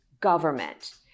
government